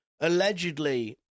allegedly